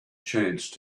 chance